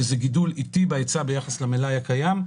הוא שזה גידול איטי בהיצע ביחס למלאי הקיים,